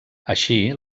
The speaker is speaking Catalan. així